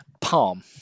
Palm